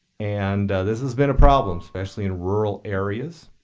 and this has been a problem, especially in rural areas.